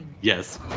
yes